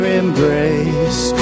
embrace